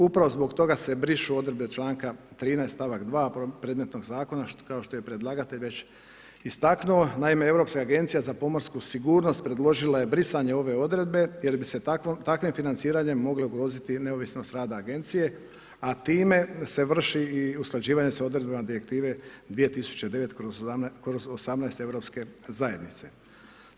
Upravo zbog toga se brišu odredbe članka 13. stavak 2. predmetnog zakona kao što je predlagatelj već istaknuo, naime Europska agencija za pomorsku sigurnost predložila je brisanje ove odredbe jer bi se takvim financiranjem mogli ugroziti neovisnost rada agencije a time se vrši i usklađivanje s odredbama Direktive 2009/18 EZ-a.